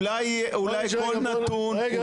אולי כל נתון --- רגע,